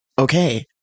Okay